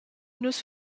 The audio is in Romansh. nus